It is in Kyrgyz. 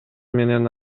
менен